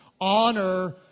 Honor